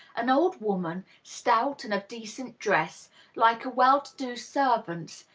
an old woman, stout and of decent dress like a well-to-do servant's,